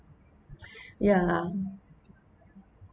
ya